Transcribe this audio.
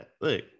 Look